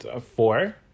four